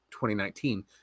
2019